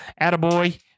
attaboy